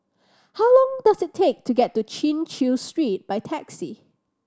how long does it take to get to Chin Chew Street by taxi